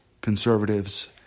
conservatives